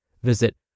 Visit